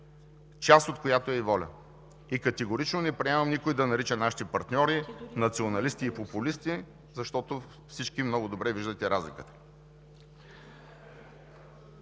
част от която е и „Воля“. Категорично не приемам никой да нарича нашите партньори националисти и популисти, защото всички много добре виждате разликата.